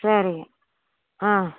சரிங்க ஆ